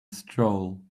stroll